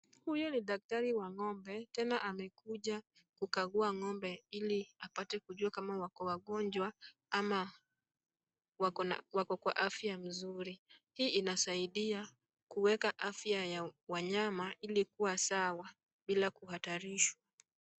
Huyu ni daktari wa ng'ombe, tena amekuja kukagua ng'ombe ili apate kujua kama wako wagonjwa ama wako kwa afya mzuri. Hii inasaidia kuweka afya ya wanyama ili kuwa sawa bila kuhatarishwa.